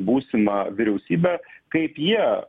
būsimą vyriausybę kaip jie